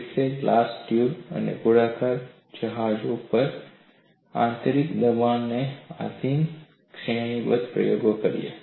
ગ્રિફિથે glass tube અને ગોળાકાર જહાજો પર આંતરિક દબાણને આધિન શ્રેણીબદ્ધ પ્રયોગો કર્યા